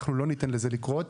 אנחנו לא ניתן לזה לקרות.